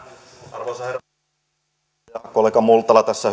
arvoisa herra puhemies kollega multala tässä